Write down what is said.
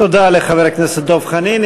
תודה לחבר הכנסת דב חנין.